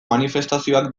manifestazioak